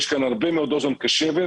יש כאן הרבה מאוד אוזן קשבת.